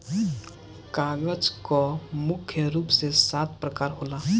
कागज कअ मुख्य रूप से सात प्रकार होला